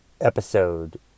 episode